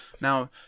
Now